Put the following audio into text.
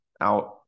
out